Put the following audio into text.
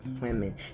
women